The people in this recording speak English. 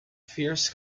fierce